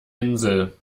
insel